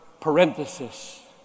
parenthesis